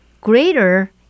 greater